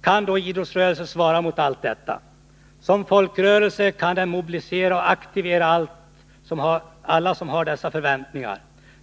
Kan då idrottsrörelsen svara mot allt detta? Som folkrörelse kan den mobilisera och aktivera alla som har dessa förväntningar.